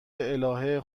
الهه